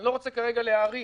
אני לא רוצה כרגע להאריך,